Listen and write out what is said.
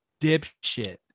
dipshit